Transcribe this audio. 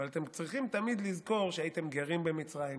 אבל אתם צריכים תמיד לזכור שהייתם גרים במצרים,